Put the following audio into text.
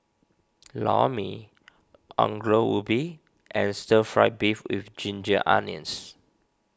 Lor Mee Ongol Ubi and Stir Fry Beef with Ginger Onions